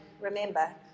Remember